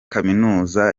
kaminuza